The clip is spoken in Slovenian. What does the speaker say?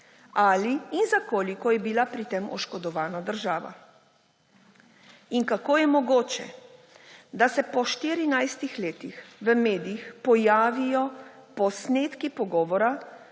ali in za koliko je bila pri tem oškodovana država. In kako je mogoče, da se po 14 letih v medijih pojavijo posnetki pogovora